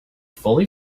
fully